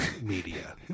media